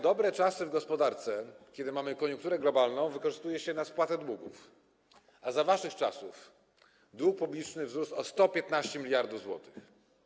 Dobre czasy w gospodarce, kiedy mamy koniunkturę globalną, wykorzystuje się na spłatę długów, a za waszych czasów dług publiczny wzrósł o 115 mld zł.